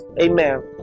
Amen